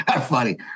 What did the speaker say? funny